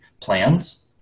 plans